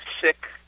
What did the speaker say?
sick